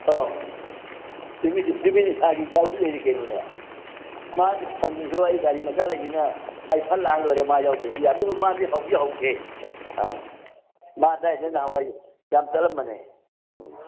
ꯑ ꯆꯨꯝꯃꯤ ꯆꯨꯝꯃꯤ ꯆꯨꯝꯃꯤꯅꯦ ꯁꯥꯔꯒꯤ ꯒꯥꯔꯤꯁꯨ ꯂꯩꯔꯤ ꯀꯩꯅꯣꯅꯦ ꯃꯥꯅ ꯁꯪꯗ꯭ꯔꯁꯨ ꯑꯩꯒꯤ ꯒꯥꯔꯤ ꯃꯆꯥ ꯂꯩꯕꯅꯤꯅ ꯑꯩ ꯐꯠ ꯂꯥꯛꯑ ꯂꯣꯏꯔꯦ ꯃꯥ ꯌꯥꯎꯗ꯭ꯔꯁꯨ ꯌꯥꯏ ꯑꯗꯨꯕꯨ ꯃꯥꯗꯤ ꯍꯧꯗꯤ ꯍꯧꯁꯦ ꯑ ꯃꯥ ꯑꯗꯥꯏꯗ ꯅꯍꯥꯟꯋꯥꯏ ꯌꯥꯝ ꯆꯠꯂꯝꯕꯅꯦ ꯎꯝ